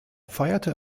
feierte